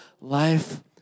life